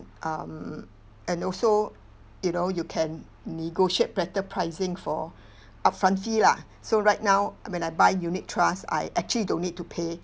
um and also you know you can negotiate better pricing for upfront fee lah so right now when I buy unit trusts I actually don't need to pay